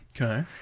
Okay